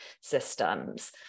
systems